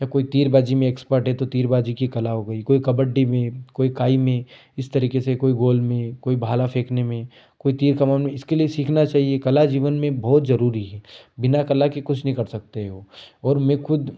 या कोई तीरबाजी में एक्सपर्ट है तो तीरबाजी की कला हो गई कोई कबड्डी में कोई काई में इस तरीके से कोई गोल में कोई भाला फेकने में कोई तीर कमान में इसके लिए सीखना चाहिए कला जीवन में बहुत जरुरी है बिना कला के कुछ नहीं कर सकते हो और मैं खुद